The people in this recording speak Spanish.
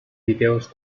vídeos